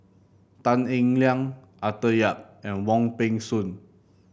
Tan Eng Liang Arthur Yap and Wong Peng Soon